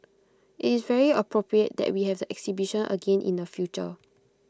it's very appropriate that we have the exhibition again in the future